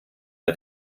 der